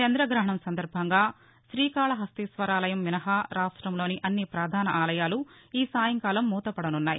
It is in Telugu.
చంద్రగహణం సందర్బంగా శ్రీకాళహస్తీశ్వరాలయం మిసహా రాష్టంలోని అన్ని పధాన ఆలయాలు ఈ సాయంకాలం మూతపడనున్నాయి